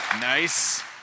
Nice